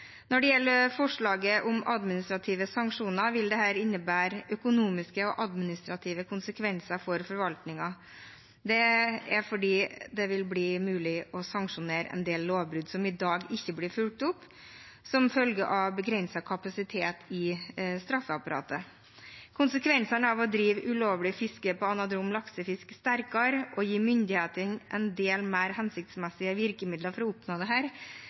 Når det gjelder forslaget om administrative sanksjoner, vil det innebære økonomiske og administrative konsekvenser for forvaltningen fordi det vil bli mulig å sanksjonere en del lovbrudd som i dag ikke blir fulgt opp som følge av begrenset kapasitet i straffeapparatet. Konsekvensen av å drive ulovlig fiske på anadrom laksefisk blir større og gir myndighetene en del mer hensiktsmessige virkemiddel for å oppnå dette. Det